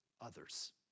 others